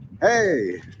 Hey